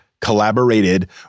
Collaborated